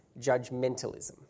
judgmentalism